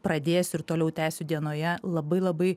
pradėsiu ir toliau tęsiu dienoje labai labai